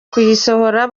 kuyisohora